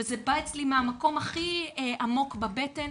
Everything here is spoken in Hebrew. וזה בא אצלי מהמקום הכי עמוק בבטן,